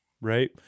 right